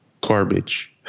Garbage